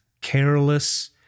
careless